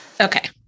Okay